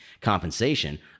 compensation